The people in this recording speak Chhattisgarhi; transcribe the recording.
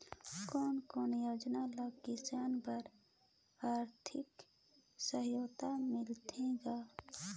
कोन कोन योजना ले किसान बर आरथिक सहायता मिलथे ग?